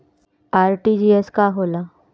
RTGS का होला?